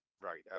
Right